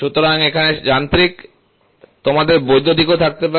সুতরাং এখানে যান্ত্রিক তোমাদের বৈদ্যুতিকও থাকতে পারে